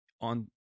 on